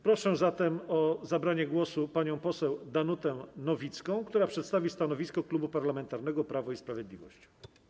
Proszę zatem o zabranie głosu panią poseł Danutę Nowicką, która przedstawi stanowisko Klubu Parlamentarnego Prawo i Sprawiedliwość.